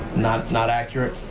not not accurate?